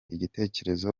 igitekerezo